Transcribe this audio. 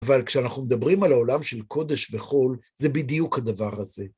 אבל כשאנחנו מדברים על העולם של קודש וחול, זה בדיוק הדבר הזה.